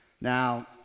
Now